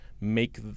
make